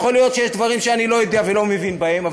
יכול להיות שיש דברים שאני לא יודע ולא מבין בהם,